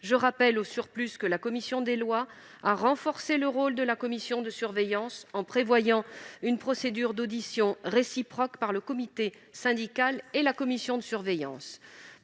Je rappelle, au surplus, que la commission des lois a renforcé le rôle de la commission de surveillance en prévoyant une procédure d'audition réciproque par le comité syndical et la commission de surveillance.